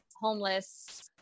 homeless